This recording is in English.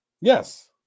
Yes